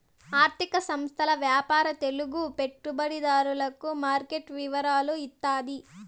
ఆర్థిక సంస్థల వ్యాపార తెలుగు పెట్టుబడిదారులకు మార్కెట్ వివరాలు ఇత్తాది